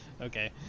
Okay